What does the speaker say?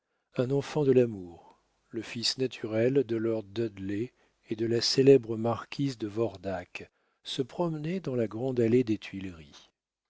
un enfant de l'amour le fils naturel de lord dudley et de la célèbre marquise de vordac se promenait dans la grande allée des tuileries